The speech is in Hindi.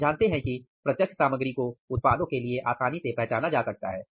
हम जानते हैं कि प्रत्यक्ष सामग्री को उत्पादों के लिए आसानी से पहचाना जा सकता है